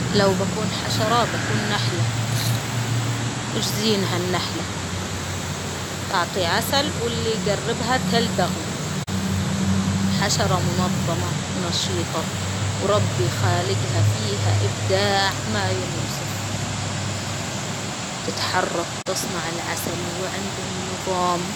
لو بكون حشرة بكون نحلة، تعيش زين هالنحلة، تعطي عسل، واللي يجربها تلدغه، حشرة منظمة ونشيطة، وربي خالقها فيها إبداع ما ينوصف تتحرك وتصنع العسل وعندهم نظام.